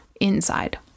inside